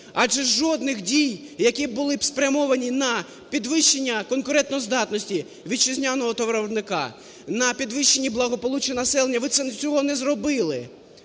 адже жодних дій, які б були спрямовані на підвищення конкурентоздатності вітчизняного товаровиробника, на підвищення благополуччя населення, ви цього не зробили.